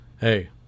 hey